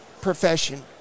profession